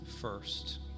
first